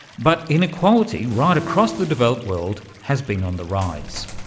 but inequality right across the developed world has been on the rise,